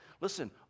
Listen